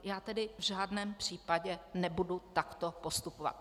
Já tedy v žádném případě nebudu takto postupovat.